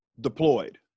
deployed